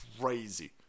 Crazy